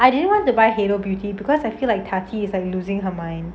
I didn't want to buy halo beauty because I feel like tati is like losing her mind